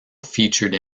featured